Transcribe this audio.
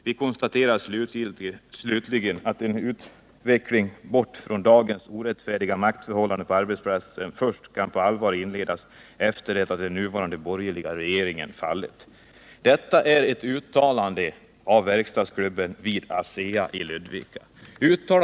Vi konstaterar slutligen att en utveckling bort från dagens orättfärdiga maktförhållanden på arbetsplatserna kan på allvar inledas först efter det att den nuvarande borgerliga regeringen fallit. Detta är ett uttalande av verkstadsklubben vid ASEA i Ludvika.